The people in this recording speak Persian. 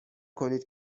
کنید